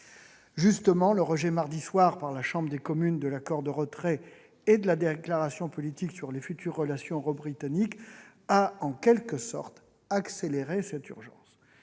Justement, le rejet mardi soir par la Chambre des communes de l'accord de retrait et de la déclaration politique sur les futures relations euro-britanniques a en quelque sorte « accéléré » cette urgence.